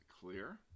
clear